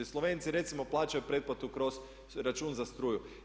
Slovenci recimo plaćaju pretplatu kroz račun za struju.